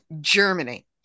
Germany